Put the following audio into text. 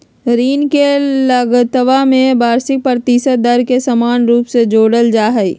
ऋण के लगतवा में वार्षिक प्रतिशत दर के समान रूप से जोडल जाहई